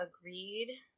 agreed